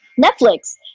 netflix